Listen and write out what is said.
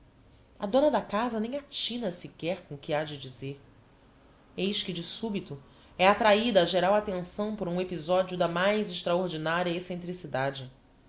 a dona da casa nem atina sequer com o que ha de dizer eis que de subito é attrahida a geral attenção por um episodio da mais extraordinaria excentricidade